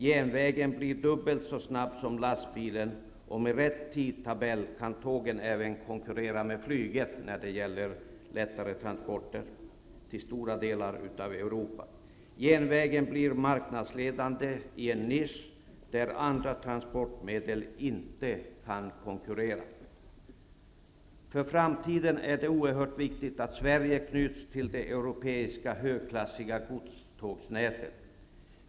Järnvägen blir dubbelt så snabb som lastbilen, och med rätt tidtabell kan tåget konkurrera även med flyget när det gäller lättare transporter till stora delar av Europa. Järnvägen blir marknadsledande i en nisch där andra transportmedel inte kan konkurrera. För framtiden är det oerhört viktigt att Sverige knyts till det europeiska högklassiga godstågnätet.